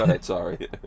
Sorry